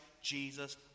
Jesus